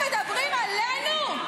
מדברים עלינו?